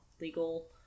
legal